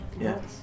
Yes